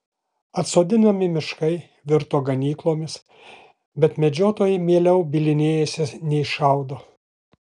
atsodinami miškai virto ganyklomis bet medžiotojai mieliau bylinėjasi nei šaudo